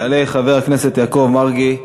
יעלה חבר הכנסת יעקב מרגי,